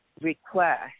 request